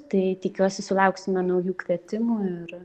tai tikiuosi sulauksime naujų kvietimų ir